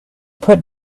put